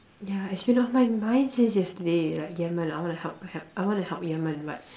yeah it's been on my mind since yesterday like Yemen I wanna help help I wanna help Yemen but